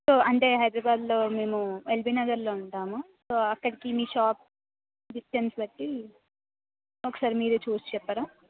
so అంటే హైదరాబాద్లో మేము ఎల్బీ నగర్లో ఉంటాము సో అక్కడికి మీ షాప్ డిస్టెన్స్ బట్టి ఒకసారి మీరే చూసి చెప్పరాా